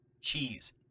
cheese